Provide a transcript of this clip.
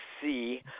see